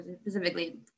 specifically